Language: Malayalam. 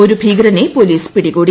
ഒരു ഭീകരനെ പോലീസ് പിടികൂടി